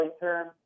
term